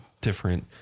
different